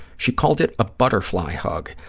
she called it a butterfly hug.